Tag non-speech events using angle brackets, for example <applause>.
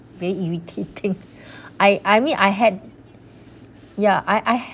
very irritating <breath> I I mean I had a I I